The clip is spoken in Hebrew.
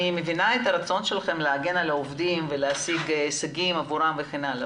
אני מבינה את הרצון שלכם להגן על העובדים ולהשיג הישגים עבורם וכן הלאה,